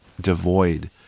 devoid